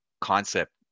concept